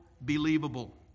believable